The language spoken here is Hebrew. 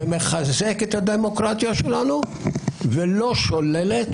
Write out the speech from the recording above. שמחזקת את הדמוקרטיה שלנו ולא שוללת